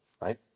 right